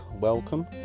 Welcome